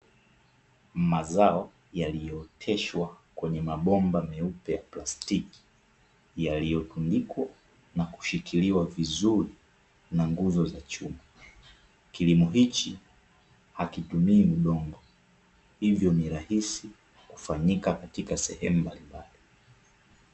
Mazao yaliyooteshwa kwenye mabomba meupe ya plastiki, yaliyotundikwa na kushirikiwa vizuri na nguzo za chuma. Kilimo hichi hakitumii udongo, hivyo ni rahisi kufanyika katika sehemu mbalimbali.